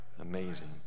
Amazing